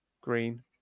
green